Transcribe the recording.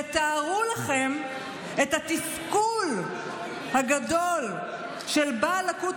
תתארו לכם את התסכול הגדול של בעל לקות